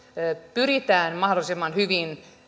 pyritään mahdollisimman hyvin